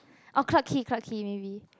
oh Clarke Quay Clarke Quay maybe